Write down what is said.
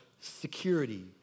security